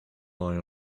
lie